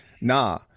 nah